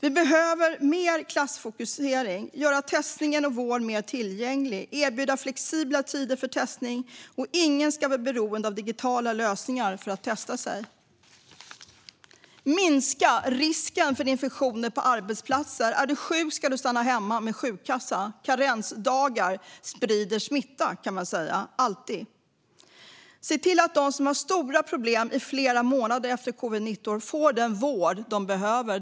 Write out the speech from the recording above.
Vi behöver mer klassfokusering, göra testning och vård mer tillgängligt och erbjuda flexibla tider för testning. Ingen ska vara beroende av digitala lösningar för att testa sig. Vi måste minska risken för infektioner på arbetsplatserna. Är du sjuk ska du stanna hemma med sjukkassa. Karensdagar sprider alltid smitta, kan man säga. Vi måste se till att de som har stora problem i flera månader efter covid-19 får den vård de behöver.